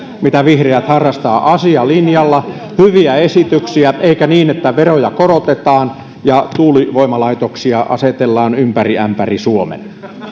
mitä vihreät harrastavat asialinjalla hyviä esityksiä eikä niin että veroja korotetaan ja tuulivoimalaitoksia asetellaan ympäri ämpäri suomen